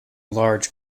large